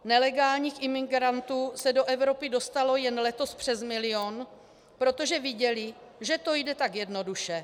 Nelegálních imigrantů se do Evropy dostalo jen letos přes milion, protože viděli, že to jde tak jednoduše.